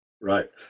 Right